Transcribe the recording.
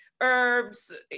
herbs